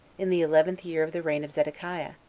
in the eleventh year of the reign of zedekiah,